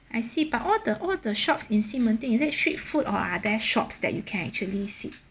I see but all the all the shops in ximending is it street food or are there shops that you can actually sit